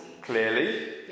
Clearly